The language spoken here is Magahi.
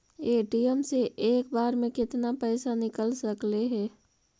ए.टी.एम से एक बार मे केतना पैसा निकल सकले हे?